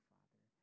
Father